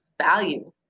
value